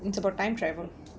it's about time travel